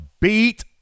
beat